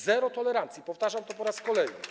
Zero tolerancji, powtarzam to po raz kolejny.